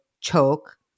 choke